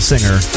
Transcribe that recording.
Singer